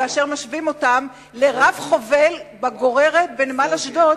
כאשר משווים אותם לרב-חובל בגוררת בנמל אשדוד,